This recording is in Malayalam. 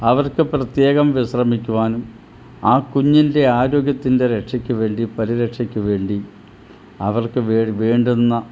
അവർക്കു പ്രത്യേകം വിശ്രമിക്കുവാൻ ആ കുഞ്ഞിൻ്റെ ആരോഗ്യത്തിൻ്റെ രക്ഷയ്ക്കു വേണ്ടി പരിരക്ഷയ്ക്കു വേണ്ടി അവർക്ക് വേൺ വേണ്ടുന്ന